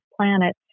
planet